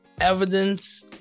evidence